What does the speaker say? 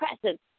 presence